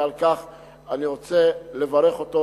ועל כך אני רוצה לברך אותו,